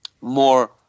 more